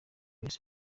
wese